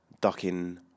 Ducking